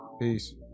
Peace